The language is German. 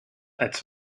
als